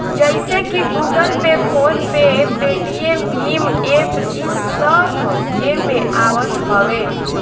जइसे की Google Pay, PhonePe, Paytm भीम एप्प इस सब एमे आवत हवे